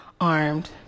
armed